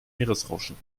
meeresrauschen